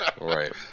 right